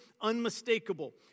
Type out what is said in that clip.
unmistakable